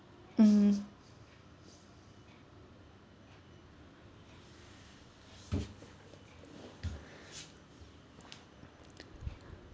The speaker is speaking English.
mm